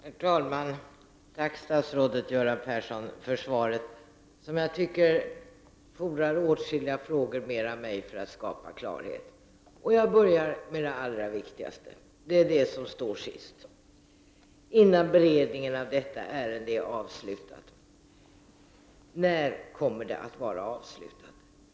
Herr talman! Tack, statsrådet Göran Persson, för svaret, som jag tycker fordrar åtskilligt fler frågor av mig för att klarhet skall skapas. Jag börjar med det allra viktigaste. Det är det som står sist: ”Innan beredningen av detta ärende är avslutad ——-—-.” När kommer den att vara avslutad?